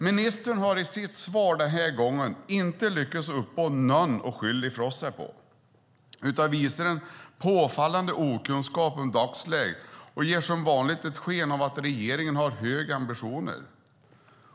Ministern har i sitt svar denna gång inte lyckats uppbåda någon att skylla ifrån sig på utan visar en påfallande okunskap om dagsläget och ger som vanligt sken av att regeringen har höga ambitioner.